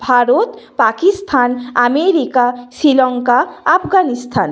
Bharat Pakistan America Sri Lanka Afghanistan